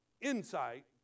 insight